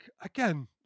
again